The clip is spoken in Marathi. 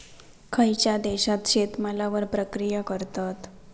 खयच्या देशात शेतमालावर प्रक्रिया करतत?